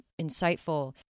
insightful